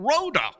Rhoda